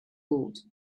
bought